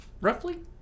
Roughly